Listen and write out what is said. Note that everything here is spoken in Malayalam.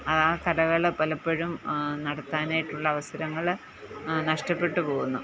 ആ കലകൾ പലപ്പോഴും നടത്താനായിട്ടുള്ള അവസരങ്ങൾ നഷ്ടപ്പെട്ട് പോകുന്നു